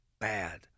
bad